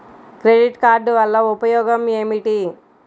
Credit card వల్ల ఉపయోగం ఏమిటీ?